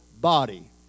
body